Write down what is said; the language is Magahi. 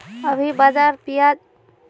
अभी बाजार प्याज कैसे रुपए प्रति किलोग्राम है?